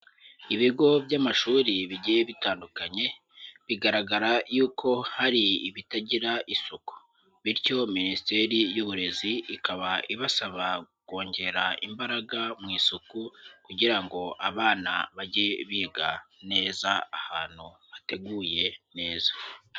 Ibigo by'amashuri bigiye bitandukanye, bigaragara yuko hari ibitagira isuku bityo Minisiteri y'Uburezi ikaba ibasaba kongera imbaraga mu isuku kugira ngo abana bajye biga neza ahantu hateguye neza.